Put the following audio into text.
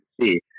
see